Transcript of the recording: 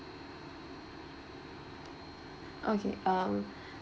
okay um